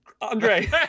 Andre